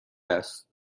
است